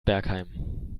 bergheim